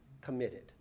committed